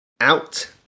out